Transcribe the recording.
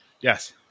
Yes